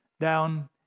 down